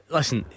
Listen